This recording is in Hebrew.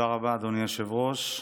תודה רבה, אדוני היושב-ראש.